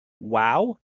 wow